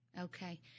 Okay